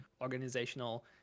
organizational